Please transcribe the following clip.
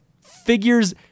Figures